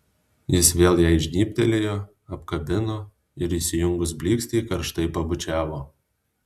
jis vėl jai žnybtelėjo apkabino ir įsijungus blykstei karštai pabučiavo